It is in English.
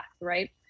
right